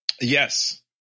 Yes